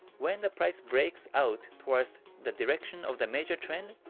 when the price breaks out towards the direction of the major trend,